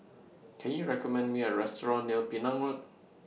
Can YOU recommend Me A Restaurant near Penang Road